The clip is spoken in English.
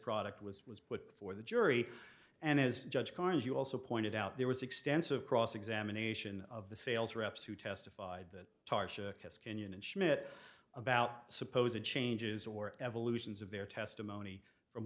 product was was put before the jury and as judge barnes you also pointed out there was extensive cross examination of the sales reps who testified that caon and schmidt about suppose it changes or evolutions of their testimony from